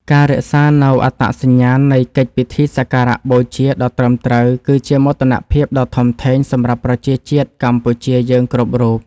ការរក្សានូវអត្តសញ្ញាណនៃកិច្ចពិធីសក្ការបូជាដ៏ត្រឹមត្រូវ គឺជាមោទនភាពដ៏ធំធេងសម្រាប់ប្រជាជាតិកម្ពុជាយើងគ្រប់រូប។